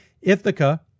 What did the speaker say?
Ithaca